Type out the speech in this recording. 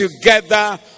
together